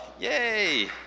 Yay